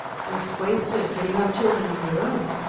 just wait, sir, till you have children of your own!